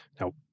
Now